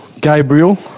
Gabriel